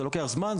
זה לוקח זמן,